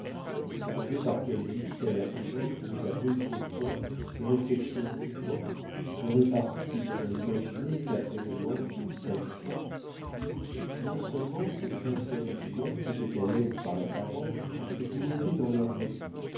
il se demandait par quel mystère ces gens trouvaient à brûle-pourpoint des réflexions piquantes des reparties qu'il n'aurait imaginées qu'après de longues méditations puis non-seulement ces cinq hommes du monde étaient à l'aise par la parole mais ils l'étaient dans leurs habits